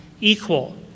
equal